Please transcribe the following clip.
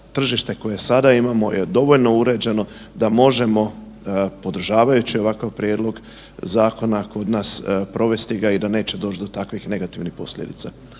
tržište koje sada imamo je dovoljno uređeno da možemo podržavajući ovakav prijedlog zakona kod nas provesti ga i da neće doć do takvih negativnih posljedica?